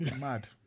Mad